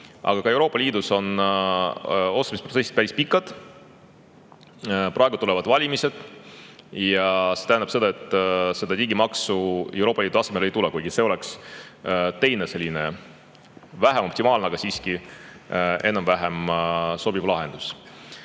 aga ka Euroopa Liidus on otsustusprotsessid päris pikad. Praegu tulevad valimised ja see tähendab seda, et digimaksu Euroopa Liidu tasandil ei tule. See oleks olnud selline vähem optimaalne, aga siiski enam-vähem sobiv lahendus.